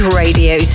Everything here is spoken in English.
radio